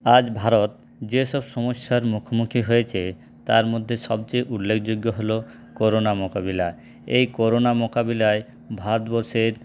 আজ ভারত যে সব সমস্যার মুখোমুখি হয়েছে তার মধ্যে সবচেয়ে উল্লেখযোগ্য হল করোনা মোকাবিলা এই করোনা মোকাবিলায় ভারতবর্ষের